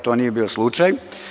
To nije bio slučaj.